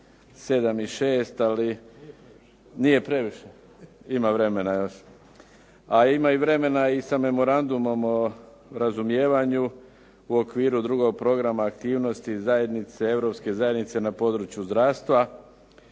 7 i 6, ali nije previše. Ima vremena još. A ima i vremena i sa memorandumom o razumijevanju u okviru drugog programa aktivnosti zajednice, europske zajednice na području zdravstva